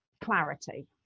clarity